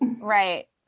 right